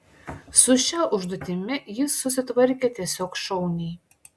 su šia užduotimi jis susitvarkė tiesiog šauniai